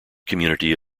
community